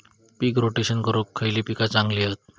पीक rotation करूक खयली पीका चांगली हत?